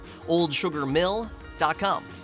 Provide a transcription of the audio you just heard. Oldsugarmill.com